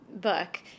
book